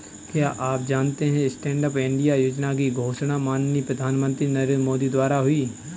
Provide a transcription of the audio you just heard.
क्या आप जानते है स्टैंडअप इंडिया योजना की घोषणा माननीय प्रधानमंत्री नरेंद्र मोदी द्वारा हुई?